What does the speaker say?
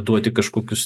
duoti kažkokius